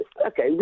Okay